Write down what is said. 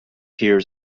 hears